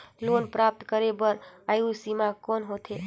Loan प्राप्त करे बर आयु सीमा कौन होथे?